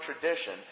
tradition